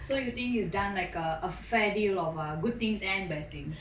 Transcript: so you think you've done like a a fair deal of good things and bad things